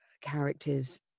characters